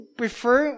prefer